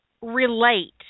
relate